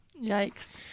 Yikes